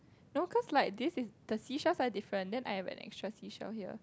no cause like this is the seashells are different then I have an extra seashell here